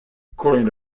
according